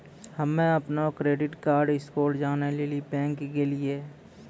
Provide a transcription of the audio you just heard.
हम्म अपनो credit card score जानै लेली बैंक गेलियै